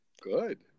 good